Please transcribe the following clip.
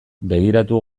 begiratu